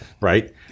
right